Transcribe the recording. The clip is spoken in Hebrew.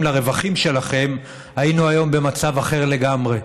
לרווחים שלכם היינו היום במצב אחר לגמרי.